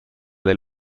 del